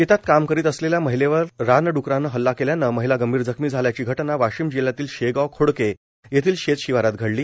शेतात काम करीत असलेल्या महिलेवर रानड्कराने हल्ला केल्यानं महिला गंभीर जखमी झाल्याची घटना वाशिम जिल्ह्यातील शेगांव खोडके येथील शेत शिवारात घडली